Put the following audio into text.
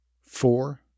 four